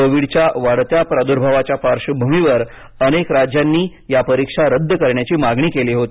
कोविडच्या वाढत्या प्रादुर्भावाच्या पार्श्वभूमीवर अनेक राज्यांनी या परीक्षा रद्द करण्याची मागणी केली होती